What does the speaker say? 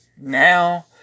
now